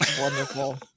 Wonderful